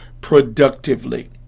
productively